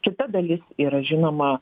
kita dalis yra žinoma